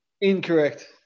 Incorrect